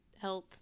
health